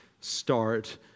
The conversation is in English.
start